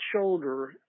shoulder